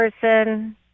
person